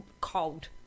Cold